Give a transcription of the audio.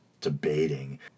debating